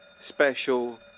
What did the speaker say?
special